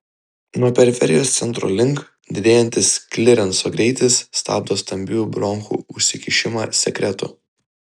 nuo periferijos centro link didėjantis klirenso greitis stabdo stambiųjų bronchų užsikišimą sekretu